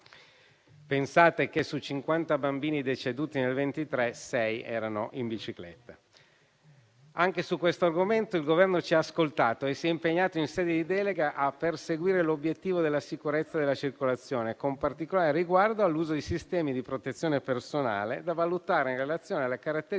Pensate che su 50 bambini deceduti nel 2023, 6 erano in bicicletta. Anche su questo argomento il Governo ci ha ascoltato e si è impegnato in sede di delega a perseguire l'obiettivo della sicurezza della circolazione, con particolare riguardo all'uso di sistemi di protezione personale da valutare in relazione alle caratteristiche